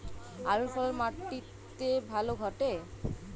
আলুর ফলন মাটি তে ভালো ঘটে?